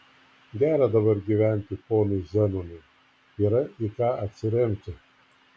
gera dabar gyventi ponui zenonui yra į ką atsiremti